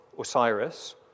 Osiris